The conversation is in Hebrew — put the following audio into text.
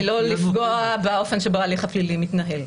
לא לפגוע באופן שבו ההליך הפלילי מתנהל.